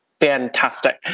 fantastic